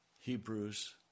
Hebrews